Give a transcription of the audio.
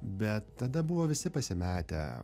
bet tada buvo visi pasimetę